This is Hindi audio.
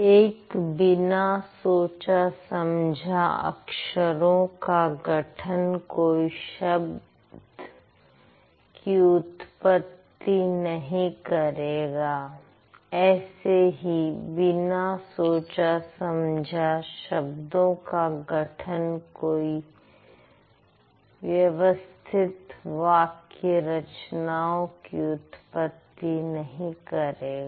एक बिना सोचा समझा अक्षरों का गठन कोई शब्द की उत्पत्ति नहीं करेगा ऐसे ही बिना सोचा समझा शब्दों का गठन कोई व्यवस्थित वाक्य रचनाओं की उत्पत्ति नहीं करेगा